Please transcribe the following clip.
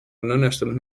õnnestunud